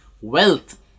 wealth